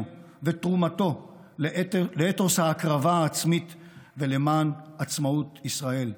ותרומתו לאתוס ההקרבה העצמית ולמען עצמאות ישראל.